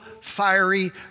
fiery